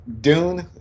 Dune